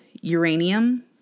uranium